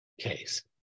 case